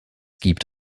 gibt